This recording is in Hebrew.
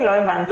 לא הבנתי.